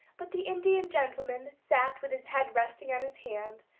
but the indian gentleman sat with his head resting on his hand,